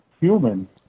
human